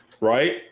right